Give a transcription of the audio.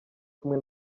kumwe